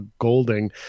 Golding